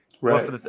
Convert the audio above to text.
right